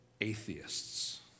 atheists